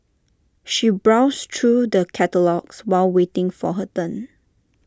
she browsed through the catalogues while waiting for her turn